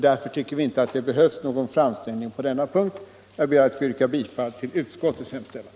Därför tycker vi inte att det behövs någon framställning på denna punkt. Jag ber att få yrka bifall till utskottets hemställan.